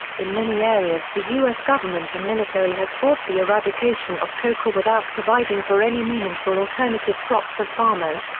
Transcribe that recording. in many areas the us government and military has forced the eradication of coca without providing for any meaningful alternative crop for farmers,